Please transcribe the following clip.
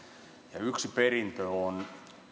ja yksi perintö on